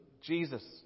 Jesus